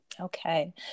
Okay